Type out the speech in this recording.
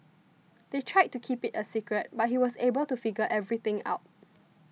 they tried to keep it a secret but he was able to figure everything out